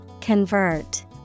Convert